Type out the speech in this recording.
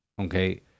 Okay